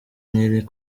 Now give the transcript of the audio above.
nyiri